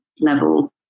level